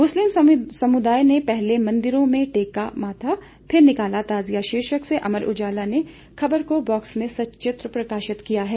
मुस्लिम समुदाय ने पहले मंदिर में माथा टेका फिर निकाला ताजिया शीर्षक से अमर उजाला ने खबर को बॉक्स में सचित्र प्रकाशित किया है